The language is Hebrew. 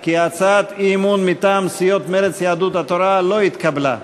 כי הצעת האי-אמון מטעם סיעות מרצ ויהדות התורה לא התקבלה.